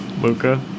Luca